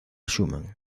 schumann